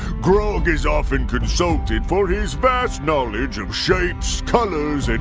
grog is often consulted for his vast knowledge of shapes, colors, and